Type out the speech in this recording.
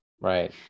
Right